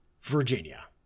Virginia